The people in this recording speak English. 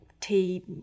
tea